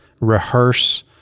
rehearse